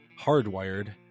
Hardwired